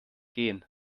gehen